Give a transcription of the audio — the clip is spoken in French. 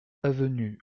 avenue